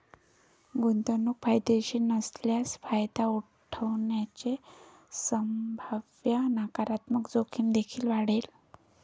गुंतवणूक फायदेशीर नसल्यास फायदा उठवल्याने संभाव्य नकारात्मक जोखीम देखील वाढेल